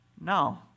No